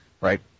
Right